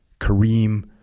Kareem